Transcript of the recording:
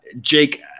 Jake